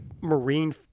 Marine